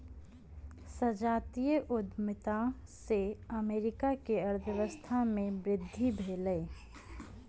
संजातीय उद्यमिता से अमेरिका के अर्थव्यवस्था में वृद्धि भेलै